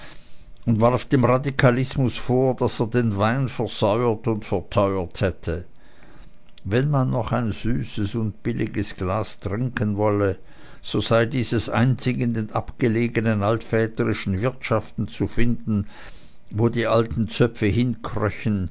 und warf dem radikalismus vor daß er den wein versäuert und verteuert hätte wenn man noch ein süßes und billiges glas trinken wolle so sei dieses einzig in den abgelegenen altväterischen wirtschaften zu finden wo die alten zöpfe hinkröchen